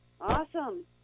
Awesome